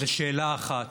זה שאלה אחת: